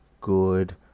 good